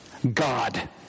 God